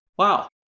Wow